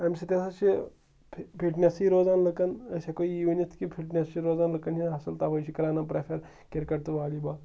أمۍ سۭتۍ ہسا چھِ فِٹنیٚسٕے روزان لُکن أسۍ ہٮ۪کو یی ؤنِتھ کہِ فِٹنیٚس چھِ روزان لُکن ہِنٛز اصل تَوٕے چھِ کران یِم پرٮ۪فر کِرکٹ تہٕ والی بال